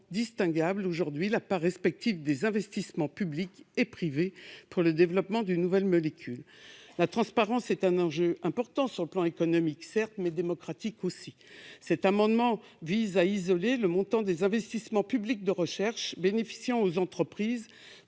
distinguable la part respective des investissements publics et privés dans le développement d'une nouvelle molécule. La transparence est un enjeu important d'un point de vue non seulement économique, mais également démocratique. Notre amendement vise à isoler le montant des investissements publics de recherche bénéficiant aux entreprises